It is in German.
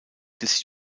des